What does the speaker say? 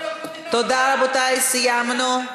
תודה, רבותי, סיימנו.